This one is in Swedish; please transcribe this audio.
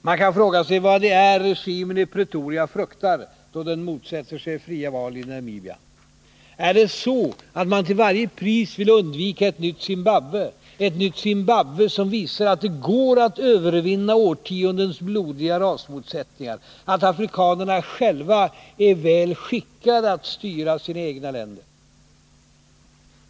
Man kan fråga sig vad det är regimen i Pretoria fruktar, då den motsätter sig fria val i Namibia. Är det så, att man till varje pris vill undvika ett nytt Zimbabwe -— ett nytt Zimbabwe som visar att det går att övervinna årtiondens blodiga rasmotsättningar, att afrikanerna själva är väl skickade att styra sina egna länder?